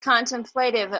contemplative